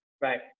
Right